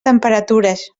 temperatures